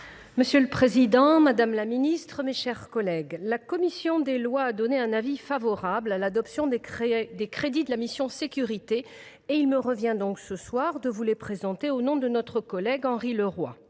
Monsieur le président, madame la ministre, mes chers collègues, la commission des lois a émis un avis favorable sur l’adoption des crédits de la mission « Sécurités ». Il me revient de vous les présenter au nom de notre collègue Henri Leroy.